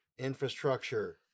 Infrastructure